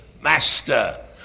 Master